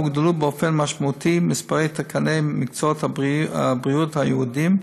הוגדלו באופן משמעותי מספר תקני מקצועות הבריאות הייעודיים,